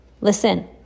listen